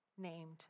named